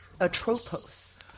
Atropos